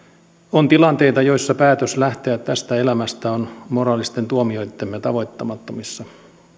on tilanteita joissa päätös lähteä tästä elämästä on moraalisten tuomioittemme tavoittamattomissa